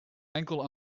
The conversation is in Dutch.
enkel